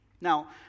Now